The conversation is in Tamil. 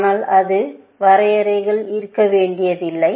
ஆனால் அது வரையறைகள் இருக்க வேண்டியதில்லை